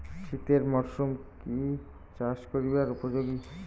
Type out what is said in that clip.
শীতের মরসুম কি চাষ করিবার উপযোগী?